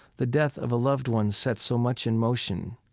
the death of a loved one sets so much in motion,